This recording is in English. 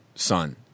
Son